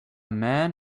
man